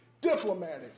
diplomatic